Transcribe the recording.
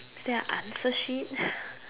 is there a answer sheet